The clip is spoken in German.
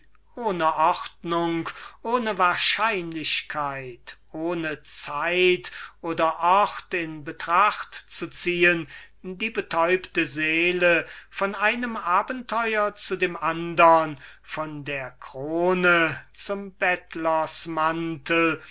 ohne ordnung ohne wahrscheinlichkeit ohne zeit oder ort in betracht zu ziehen die betäubte seele von einem abenteur zu dem andern von der krone zum bettlers mantel